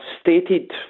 stated